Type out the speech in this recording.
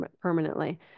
permanently